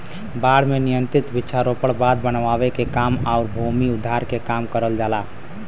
बाढ़ पे नियंत्रण वृक्षारोपण, बांध बनावे के काम आउर भूमि उद्धार के काम करल जाला